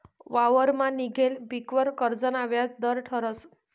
वावरमा निंघेल पीकवर कर्जना व्याज दर ठरस